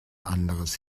anderes